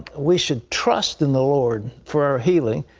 we should trust in the lord for our healing,